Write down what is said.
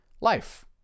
life